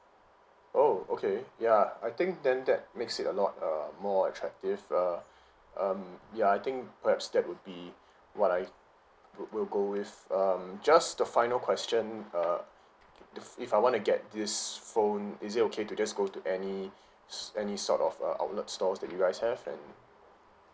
oh okay ya I think then that makes it a lot uh more attractive uh um ya I think perhaps that would be what I will will go with um just the final question uh the if if I wanna get this phone is it okay to just go to any s~ any sort of uh outlet stores that you guys have and